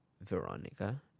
Veronica